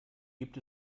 gibt